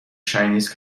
chinese